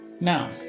Now